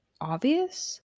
obvious